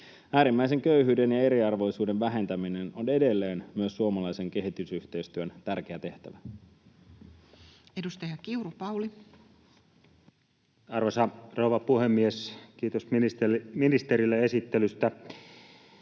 Äärimmäisen köyhyyden ja eriarvoisuuden vähentäminen on edelleen myös suomalaisen kehitysyhteistyön tärkeä tehtävä. [Speech 41] Speaker: Toinen varapuhemies Tarja Filatov Party: